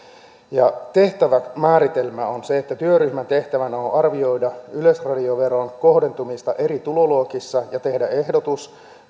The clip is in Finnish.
ja tehtävän määritelmä on se että työryhmän tehtävänä on arvioida yleisradioveron kohdentumista eri tuloluokissa ja tehdä ehdotus